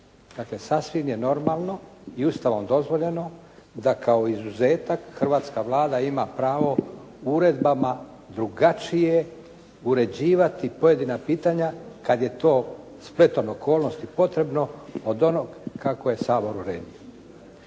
Dakle, sasvim je normalno i Ustavom dozvoljeno da kao izuzetak hrvatska Vlada ima uredbama drugačije uređivati pojedina pitanja kad je to spletom okolnosti potrebno, od onog kako je Sabor uredio.